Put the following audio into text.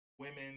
Women